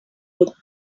would